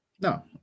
no